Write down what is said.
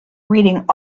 reading